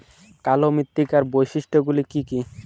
কালো মৃত্তিকার বৈশিষ্ট্য গুলি কি কি?